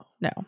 no